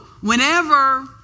whenever